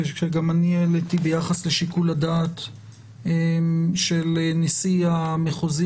ושגם אני העליתי ביחס לשיקול הדעת של נשיא המחוזי